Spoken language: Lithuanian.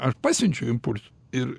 aš pasiunčiu impulsų ir